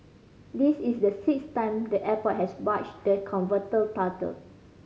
this is the sixth time the airport has bagged the coveted title